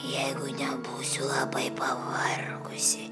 jeigu nebūsiu labai pavargusi